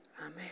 Amen